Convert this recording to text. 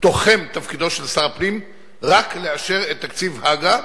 תוחם את תפקידו של שר הפנים רק לאשר את תקציב הג"א,